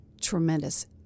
tremendous